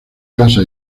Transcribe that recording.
casa